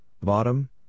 bottom